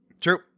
True